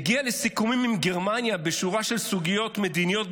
"הגיע לסיכומים עם גרמניה בשורה של סוגיות מדיניות,